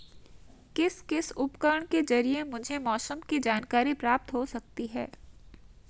किस किस उपकरण के ज़रिए मुझे मौसम की जानकारी प्राप्त हो सकती है?